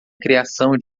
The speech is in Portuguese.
criação